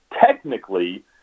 technically